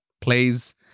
plays